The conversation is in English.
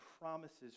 promises